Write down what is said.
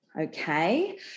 Okay